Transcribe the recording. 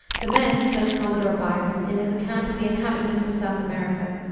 the men, says commodore byron, in his account of the inhabitants of south america,